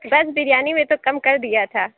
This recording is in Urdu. بس بریانی میں تو کم کر دیا تھا